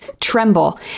Tremble